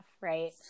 right